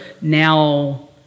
now